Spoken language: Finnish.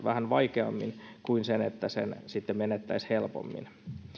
vähän vaikeammin kuin että sen sitten menettäisi helpommin